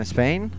Spain